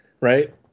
right